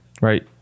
right